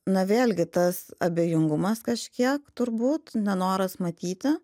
na vėlgi tas abejingumas kažkiek turbūt nenoras matyti